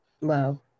Wow